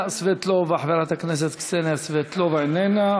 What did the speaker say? חברת הכנסת קסניה סבטלובה, איננה.